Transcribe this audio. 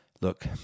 Look